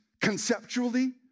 conceptually